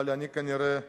אבל אני כנראה אקצר.